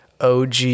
OG